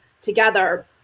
together